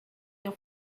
your